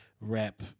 rap